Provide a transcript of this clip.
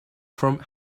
from